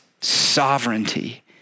sovereignty